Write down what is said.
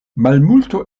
malmulto